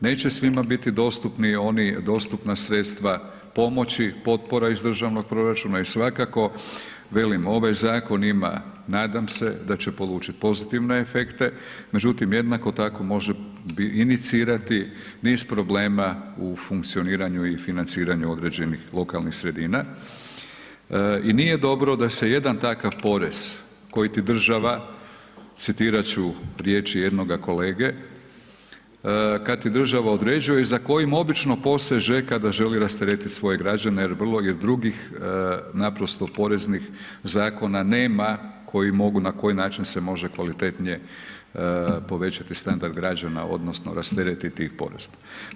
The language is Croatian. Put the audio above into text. Neće svima biti dostupni oni, dostupna sredstva pomoći, potpora iz državnog proračuna i svakako velim, ovaj zakon ima, nadam se da će polučiti pozitivne efekte međutim, jednako tako može inicirati niz problema u funkcioniranju i financiranju određenih lokalnih sredina i nije dobro da se jedan takav porez koji ti država, citirat ću riječi jednoga kolege kad ti država određuje za kojim obično poseže kada želi rasteretiti svoje građane jer drugih naprosto poreznih zakona nema koji mogu i na koji način se može kvalitetnije povećati standard građana odnosno rasteretiti ih porezom.